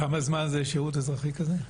כמה זמן זה שירות אזרחי כזה?